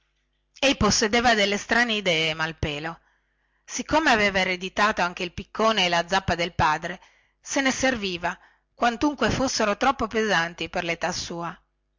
ei possedeva delle idee strane malpelo siccome aveva ereditato anche il piccone e la zappa del padre se ne serviva quantunque fossero troppo pesanti per letà sua